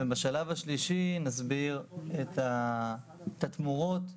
בשלב השלישי נסביר את התמורות שחלו,